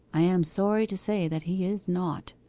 i am sorry to say that he is not.